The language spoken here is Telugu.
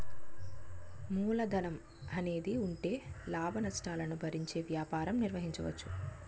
మూలధనం అనేది ఉంటే లాభనష్టాలను భరించే వ్యాపారం నిర్వహించవచ్చు